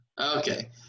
Okay